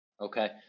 Okay